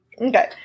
Okay